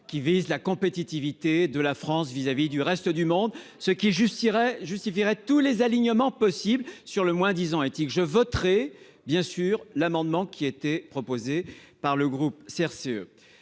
qui vise la compétitivité de la France par rapport au reste du monde, ce qui justifierait tous les alignements possibles sur le moins-disant éthique. Je voterai, bien sûr, l'amendement qui a été proposé par le groupe CRCE.